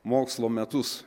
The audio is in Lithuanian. mokslo metus